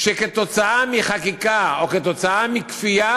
שכתוצאה מחקיקה או כתוצאה מכפייה,